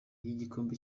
y’igikombe